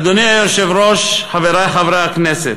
אדוני היושב-ראש, חברי חברי הכנסת,